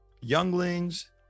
younglings